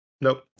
Nope